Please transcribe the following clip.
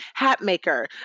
Hatmaker